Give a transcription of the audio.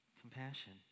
compassion